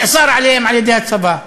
נאסר עליהם על-ידי הצבא.